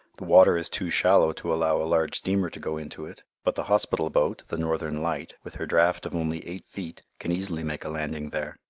the water is too shallow to allow a large steamer to go into it, but the hospital boat, the northern light, with her draft of only eight feet, can easily make a landing there.